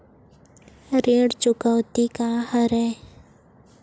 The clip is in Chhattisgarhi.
ऋण चुकौती का हरय?